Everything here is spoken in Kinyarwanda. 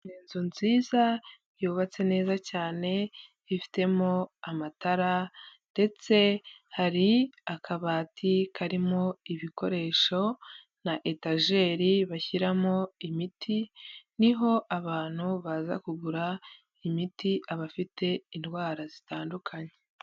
Inzu nziza yubatse neza cyane ifitemo amatara ndetse hari akabati karimo ibikoresho na etageri bashyiramo imiti niho abantu baza kugura imiti abafite indwara zitandukanye.